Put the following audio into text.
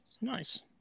Nice